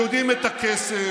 יודעים את הכסף,